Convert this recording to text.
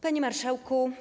Panie Marszałku!